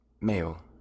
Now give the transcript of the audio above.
male